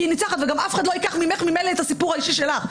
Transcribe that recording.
ממילא גם אף אחד לא ייקח ממך את הסיפור האישי שלך,